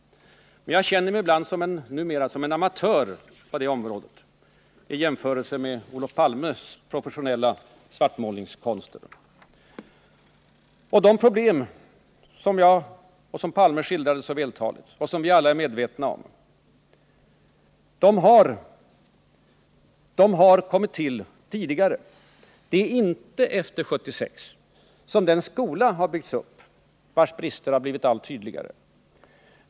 Men jag känner mig ibland numera som en amatör på det området i jämförelse med Olof Palme och hans professionella svartmålningskonster. De problem som Olof Palme skildrade så vältaligt och som vi alla är medvetna om har kommit till tidigare. Det är inte efter 1976 som den skola har byggts upp, vars brister har blivit allt tydligare.